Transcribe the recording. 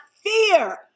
fear